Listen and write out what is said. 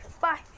Bye